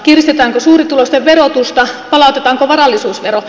kiristetäänkö suurituloisten verotusta palautetaanko varallisuusvero